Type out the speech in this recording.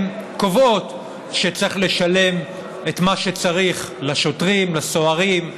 שקובעות שצריך לשלם את מה שצריך לשוטרים, לסוהרים,